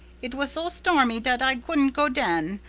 it was so stormy dat i couldn't go den,